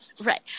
right